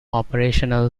operational